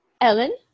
Ellen